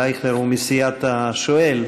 אבל אייכלר הוא מסיעת השואל,